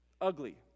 ugly